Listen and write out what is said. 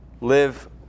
live